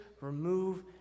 remove